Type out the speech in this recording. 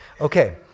Okay